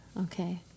Okay